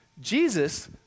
Jesus